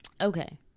Okay